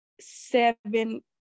seven